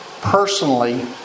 personally